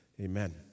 Amen